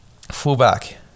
fullback